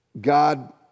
God